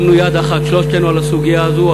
שמנו יד אחת שלושתנו על הסוגיה הזאת.